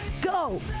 Go